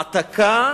העתקה